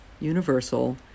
universal